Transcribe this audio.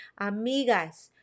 amigas